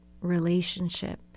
relationship